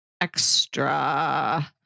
extra